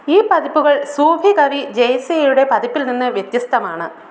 ഈ പതിപ്പുകൾ സൂഫി കവി ജേസെയുടെ പതിപ്പിൽ നിന്ന് വ്യത്യസ്തമാണ്